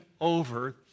over